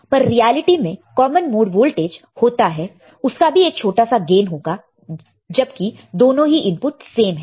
पर रियालिटी में common mode voltage होता है उसका भी एक छोटा सा गेन होगा जबकि दोनों ही इनपुट सेम है